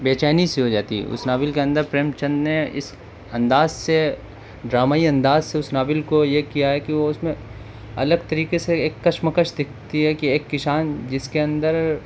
بےچینی سی ہو جاتی ہے اس ناول کے اندر پریم چند نے اس انداز سے ڈرامائی انداز سے اس ناول کو یہ کیا ہے کہ وہ اس میں الگ طریقے سے ایک کشمکش دکھتی ہے کہ ایک کسان جس کے اندر